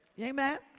amen